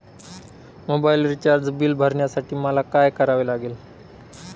Mobile recharge bill भरण्यासाठी मला काय करावे लागेल?